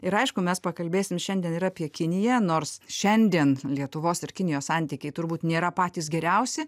ir aišku mes pakalbėsim šiandien ir apie kiniją nors šiandien lietuvos ir kinijos santykiai turbūt nėra patys geriausi